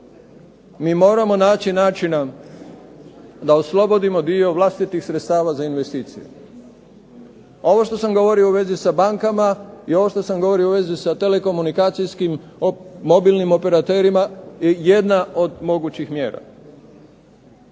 Mi moramo naći načina da oslobodimo dio vlastitih sredstava za investicije. Ovo što sam govorio u vezi sa bankama i ovo što sam govorio u vezi sa telekomunikacijskim mobilnim operaterima je jedna od mogućih mjera.